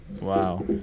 Wow